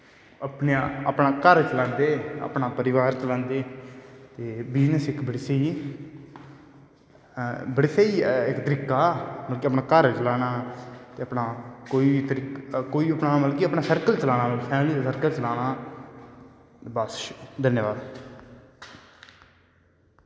अपनां घर चलांदे अपनां परिवार चलांदे बिजनस इक बड़ी स्हेई बड़ा स्हेई इक तरीका ऐ मतलव के अपनां घर चलाना ते अपनां कोई बी तरीका मतलव तुसैं कोई बी अपनां सर्कल चलानां बल धन्यवाद